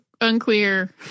unclear